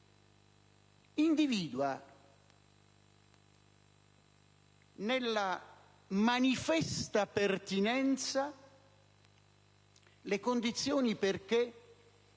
individua nella manifesta pertinenza le condizioni perché